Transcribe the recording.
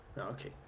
Okay